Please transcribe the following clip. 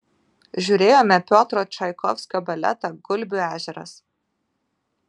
žiūrėjome piotro čaikovskio baletą gulbių ežeras